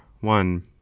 one